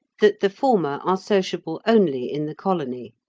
that the former are sociable only in the colony.